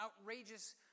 outrageous